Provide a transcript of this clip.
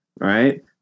right